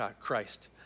Christ